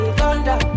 Thunder